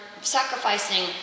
sacrificing